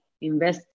invest